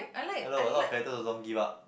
hello a lot of character also don't give up